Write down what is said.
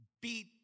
beat